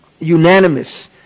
Unanimous